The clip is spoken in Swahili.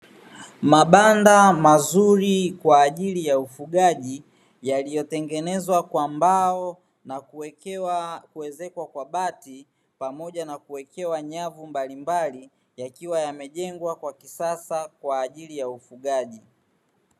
Mabanda mazuri kwa ajili ya ufugaji yaliyotengenezwa kwa mbao na kuwekewa kuezekwa kwa bati pamoja na kuwekewa nyavu mbalimbali yakiwa yamejengwa kwa kisasa kwa ajili ya ufugaji.